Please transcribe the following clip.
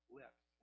lips